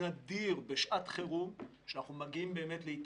נדיר שבשעת חירום אנחנו מגיעים להתרסקות.